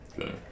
Okay